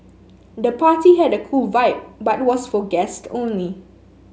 the party had a cool vibe but was for guests only